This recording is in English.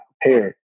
prepared